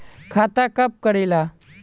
खाता कब करेला?